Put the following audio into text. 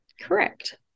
Correct